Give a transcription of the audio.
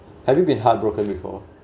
have you been heartbroken before